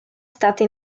stata